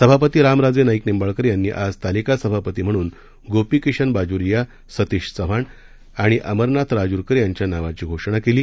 सभापती रामराजे नाईक निंबाळकर यांनी आज तालिका सभापती म्हणून गोपीकिशन बाजोरिया सतीश चव्हाण आणि अमरनाथ राजूरकर यांच्या नावाची घोषणा केली